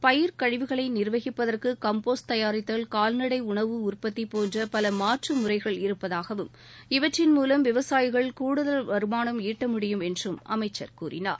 பயிர் கழிவுகளை நிர்வகிப்பதற்கு கம்போஸ்ட் தயாரித்தல் கால்நடை உணவு உற்பத்தி போன்ற பல மாற்று முறைகள் இருப்பதாகவும் இவற்றின் மூவம் விவசாயிகள் கூடுதல் வருமானம் ஈட்டமுடியும் என்றும் அமைச்சர் கூறினார்